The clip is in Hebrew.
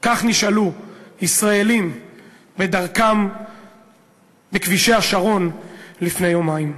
כך נשאלו ישראלים בדרכם בכבישי השרון לפני יומיים.